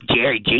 Jerry